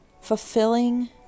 fulfilling